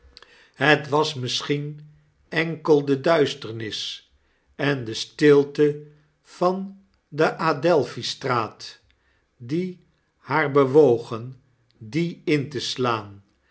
het was misschien enkel de duisternis en de stilte van de a d e i p h i st r a a t die haar bewogen die in te slaan